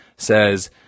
Says